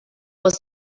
was